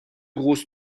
grosses